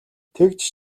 тэгж